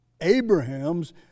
Abraham's